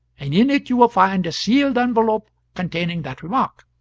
and in it you will find a sealed envelope containing that remark.